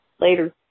Later